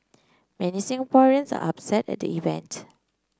many Singaporeans are upset at the event